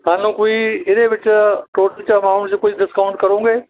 ਸਾਨੂੰ ਕੋਈ ਇਹਦੇ ਵਿੱਚ ਟੋਟਲ 'ਚ ਅਮਾਊਂਟ 'ਚ ਕੋਈ ਡਿਸਕਾਊਂਟ ਕਰੂੰਗੇ